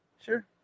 sure